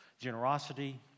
generosity